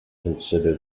consider